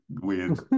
weird